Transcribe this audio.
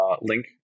link